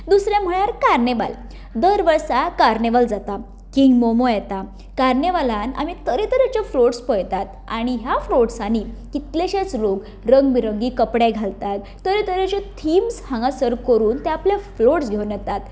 दुसरें म्हळ्यार कार्नेवाल दर वर्सा कार्नेवाल जाता किंग मोमो येता कार्नेवालान आमी तरेतरेचे फ्लोट्स पळयतात आनी ह्या फ्लोट्सानी कितलेशेच लोक रंगभिरंगी कपडे घालतात तरेतरेच्यो थिम्स हांगासर करून ते आपले फ्लोट्स घेवन येतात